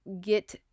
get